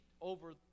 over